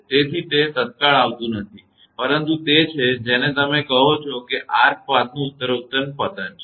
તેથી તે તત્કાળ આવતું નથી પરંતુ તે છે જેને તમે કહો છો તે આર્ક પાથનું ઉત્તરોત્તર પતન છે